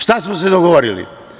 Šta smo se dogovorili?